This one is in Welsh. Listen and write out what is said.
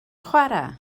chwarae